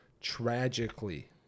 tragically